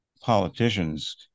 politicians